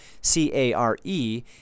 C-A-R-E